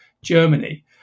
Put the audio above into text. Germany